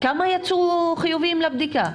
כמה יצאו חיוביים לבדיקה?